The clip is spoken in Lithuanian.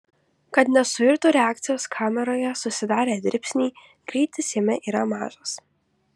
kad nesuirtų reakcijos kameroje susidarę dribsniai greitis jame yra mažas